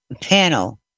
panel